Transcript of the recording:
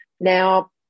Now